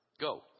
Go